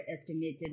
estimated